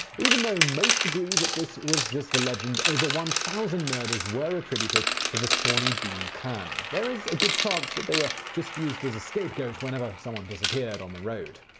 even though most agree that this was just a legend, over one thousand murders were attributed to the sawney bean clan. there is a good chance that they were just used as a scapegoat whenever someone disappeared on the road.